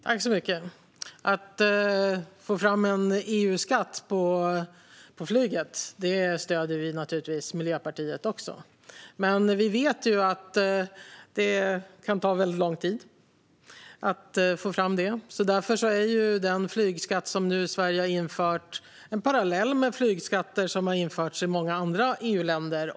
Fru talman! Miljöpartiet stöder naturligtvis också tanken att få fram en EU-skatt på flyget, men vi vet att det kan ta väldigt lång tid att få fram en sådan. Därför är den flygskatt som Sverige nu har infört en parallell till flygskatter som har införts i många andra EU-länder.